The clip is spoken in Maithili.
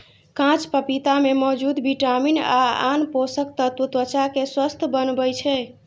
कांच पपीता मे मौजूद विटामिन आ आन पोषक तत्व त्वचा कें स्वस्थ बनबै छै